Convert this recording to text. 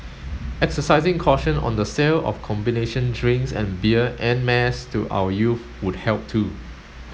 exercising caution on the sale of combination drinks and beer en mass to our youth would help too